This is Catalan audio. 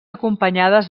acompanyades